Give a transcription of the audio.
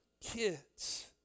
kids